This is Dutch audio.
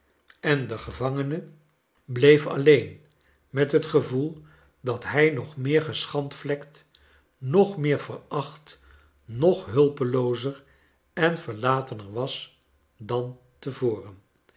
en de gevangene bleef kleine dorrit alleen met het gevoel dat hij nog meer geschandvlekt nog meer veracht nog hulpeloozer en verlatener was dan te voren